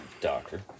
Doctor